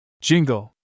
Jingle